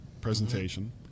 presentation